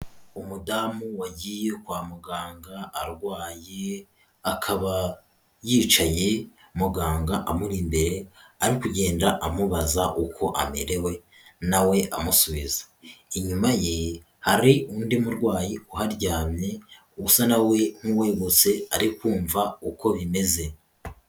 Umudamu wagiye kwa muganga arwaye, akaba yicaye muganga amuri imbere ari kugenda amubaza uko amerewe na we amusubiza, inyuma ye hari undi murwayi uharyamye usa nawe nk'uwegutse ari kumva uko bimeze.